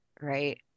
right